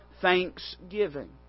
thanksgiving